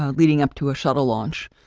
ah leading up to a shuttle launch.